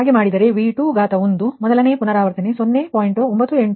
ನೀವು ಹಾಗೆ ಮಾಡಿದರೆ V21 ಮೊದಲ ಪುನರಾವರ್ತನೆ 0